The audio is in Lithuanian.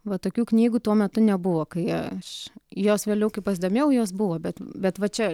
va tokių knygų tuo metu nebuvo kai aš jos vėliau kai pasidomėjau jos buvo bet bet va čia